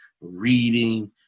reading